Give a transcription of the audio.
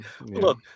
Look